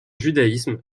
judaïsme